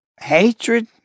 Hatred